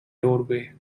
doorway